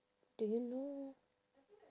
do you know